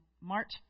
March